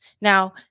Now